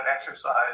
exercise